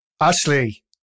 Ashley